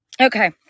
Okay